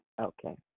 Okay